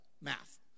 Math